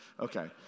Okay